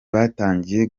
batangiye